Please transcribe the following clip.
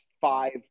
five